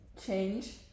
change